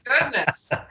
goodness